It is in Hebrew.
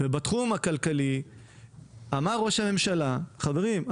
בתחום הכלכלי אמר ראש הממשלה: "חברים,